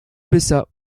baissa